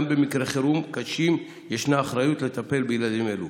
גם במקרי חירום קשים ישנה אחריות לטפל בילדים אלו.